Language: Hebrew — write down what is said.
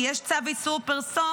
כי יש צו איסור פרסום,